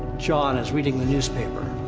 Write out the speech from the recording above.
jon is reading the newspaper.